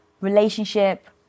relationship